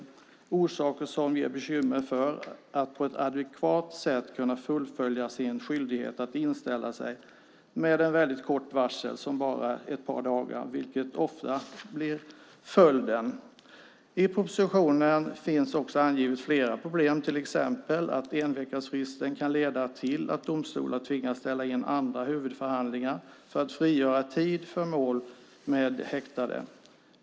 Det är orsaker som ger bekymmer att på ett adekvat sätt kunna fullfölja sin skyldighet att inställa sig med ett väldigt kort varsel som bara ett par dagar, vilket ofta blir följden. I propositionen finns också angivet fler problem. Till exempel kan enveckasfristen leda till att domstolar tvingas ställa in andra huvudförhandlingar för att frigöra tid för mål med häktade.